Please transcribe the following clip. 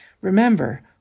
Remember